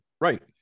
right